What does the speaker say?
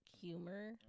humor